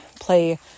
play